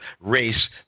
race